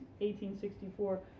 1864